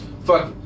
Fuck